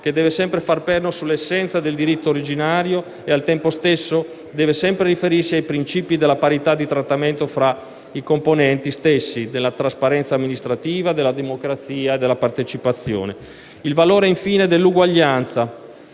che deve sempre far perno sull'essenza del diritto originario e, al tempo stesso, deve sempre riferirsi ai principi della parità di trattamento fra i partecipanti stessi, della trasparenza amministrativa, della democrazia e della partecipazione. Infine, ricordo il valore dell'uguaglianza